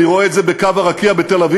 אני רואה את זה בקו הרקיע בתל-אביב,